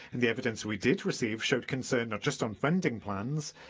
and the evidence we did receive showed concern not just on funding plans,